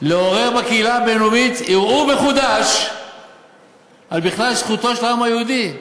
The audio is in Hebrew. לעורר בקהילה הבין-לאומית ערעור מחודש בכלל על זכותו של העם היהודי?